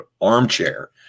armchair